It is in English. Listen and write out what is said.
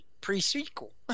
Pre-sequel